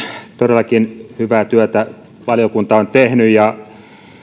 todellakin hyvää työtä valiokunta on tehnyt